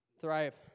Thrive